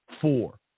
four